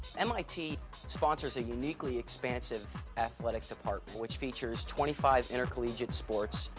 mit sponsors a uniquely expansive athletic department, which features twenty five intercollegiate sports,